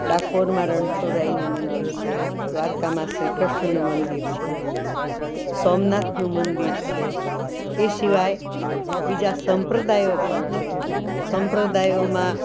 ડાકોરમાં રણછોડરાયનું મંદિર છે દ્વારકામાં શ્રી ક્રશ્નનું મંદિર છે સોમનાથનું મંદિર છે એ સિવાય બીજા સંપ્રદાયો પણ છે સંપ્રદાયોમાં